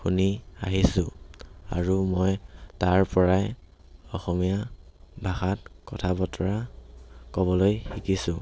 শুনি আহিছোঁ আৰু মই তাৰ পৰাই অসমীয়া ভাষাত কথা বতৰা ক'বলৈ শিকিছোঁ